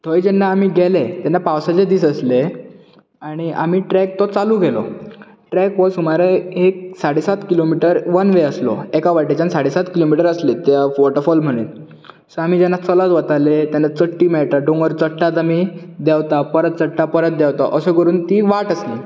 थंय जेन्ना आमी गेले तेन्ना पावसाचे दीस आसले आनी आमी ट्रॅक तो चालू केलो ट्रॅक हो सुमारे एक साडे सात किलोमिटर वन वे आसलो एका वटेनच्यान साडे सात किलोमिटर आसली त्या वॉटरफॉल मेरेन सो आमी जेन्ना चलत वताले तेन्ना चडटी मेळटा दोंगर चडटात आमी देंवतात परत चडटात परत देंवता अशें करून ती वाट आसली